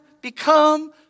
become